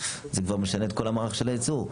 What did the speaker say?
זה משנה את כל המערך שייצור.